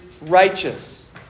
righteous